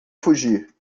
fugir